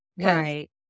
Right